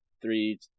three